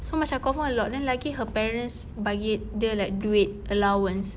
so macam confirm a lot then lagi her parents bagi dia like duit allowance